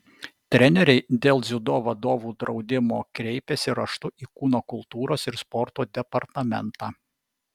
treneriai dėl dziudo vadovų draudimo kreipėsi raštu į kūno kultūros ir sporto departamentą